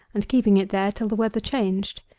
and keeping it there till the weather changed.